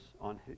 on